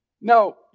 No